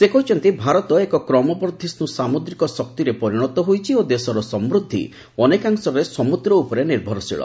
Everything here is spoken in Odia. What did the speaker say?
ସେ କହିଛନ୍ତି ଭାରତ ଏକ କ୍ରମବର୍ଦ୍ଧିଷ୍ଟୁ ସାମୁଦ୍ରିକ ଶକ୍ତିରେ ପରିଣତ ହୋଇଛି ଓ ଦେଶର ସମୃଦ୍ଧି ଅନେକାଂଶରେ ସମୁଦ୍ର ଉପରେ ନିର୍ଭରଶୀଳ